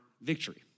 victory